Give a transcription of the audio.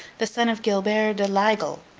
the son of gilbert de l'aigle.